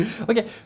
Okay